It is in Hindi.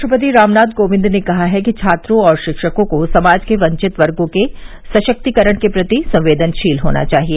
राष्ट्रपति रामनाथ कोविंद ने कहा है कि छात्रों और शिक्षकों को समाज के वंचित वर्गों के सशक्तीकरण के प्रति संवेदनशील होना चाहिए